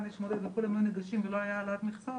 כולם היו ניגשים ולא הייתה העלאת מכסות